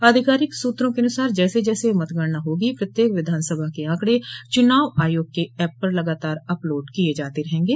आधिकारिक सूत्रों के अनुसार जैसे जैसे मतगणना होगी प्रत्येक विधानसभा के आंकड़े चुनाव आयोग के ऐप पर लगातार अपलोड किये जाते रहेंगे